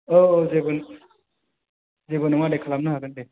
औ औ जेबो नङा दे खालामनो हागोन दे